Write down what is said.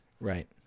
Right